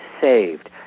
saved